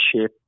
shape